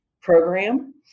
Program